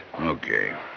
Okay